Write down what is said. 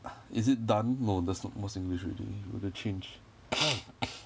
is it done no that's almost english already wouldn't change